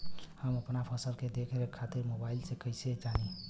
हम अपना फसल के देख रेख खातिर मोबाइल से कइसे जानी?